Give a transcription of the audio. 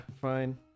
Fine